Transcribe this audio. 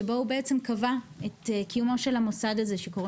שבו הוא בעצם קבע את קיומו של המוסד שנקרא